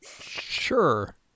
Sure